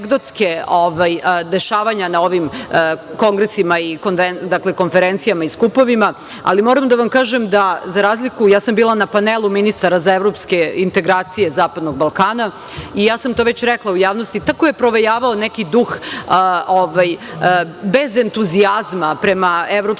dešavanja na ovim kongresima i konferencijama i skupovima, ali moram da vam kažem da, za razliku, ja sam bila na panelu ministara za evropske integracije zapadanog Balkana i ja sam to već rekla u javnosti, tako je provejavao neki duh bez entuzijazma prema evropskim